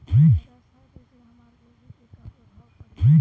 ज्यादा सर्दी से हमार गोभी पे का प्रभाव पड़ी?